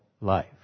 life